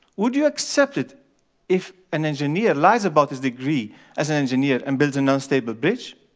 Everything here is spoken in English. would you accept it if an engineer lies about his degree as an engineer and builds an unstable bridge?